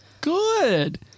good